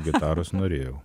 o gitaros norėjau